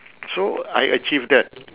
so I achieved that